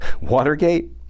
Watergate